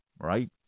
right